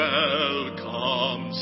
welcome